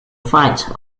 fight